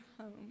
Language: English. home